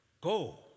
go